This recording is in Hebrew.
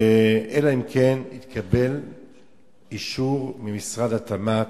אלא אם כן התקבל אישור ממשרד התמ"ת.